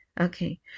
okay